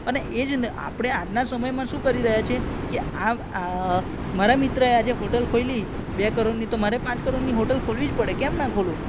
અને એ જ આપણે આજના સમયમાં શું કરી રહ્યા છીએ કે આ મારા મિત્રએ આજે હોટલ ખોલી બે કરોડની તો મારે પાંચ કરોડની હોટલ ખોલવી જ પડે કેમ ના ખોલું